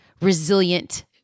resilient